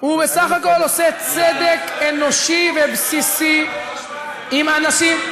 הוא בסך הכול עושה צדק אנושי ובסיסי עם האנשים.